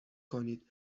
کنید